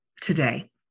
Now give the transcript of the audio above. today